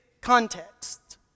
context